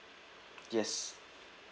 yes